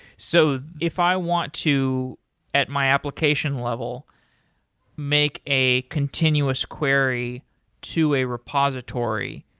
so if i want to at my application level make a continuous query to a repository,